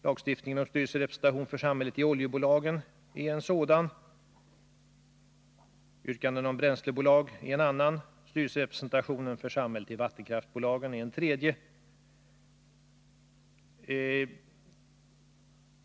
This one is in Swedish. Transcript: Lagstiftning om styrelserepresentation för samhället i oljebolagen är en sådan, bränslebolag är en annan och styrelserepresentation för samhället i vattenkraftsbolagen är en tredje.